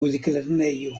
muziklernejo